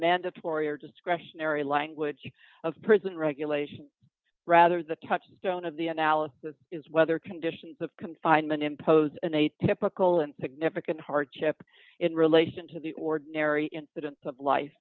mandatory or discretionary language of prison regulations rather the touchstone of the analysis is whether conditions of confinement imposed on a typical significant hardship in relation to the ordinary incidents of life